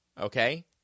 okay